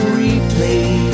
replay